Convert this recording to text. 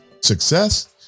success